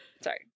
sorry